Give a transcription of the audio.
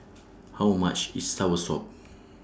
How much IS Soursop